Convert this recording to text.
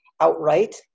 outright